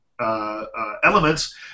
elements